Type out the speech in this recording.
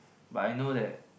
but I know that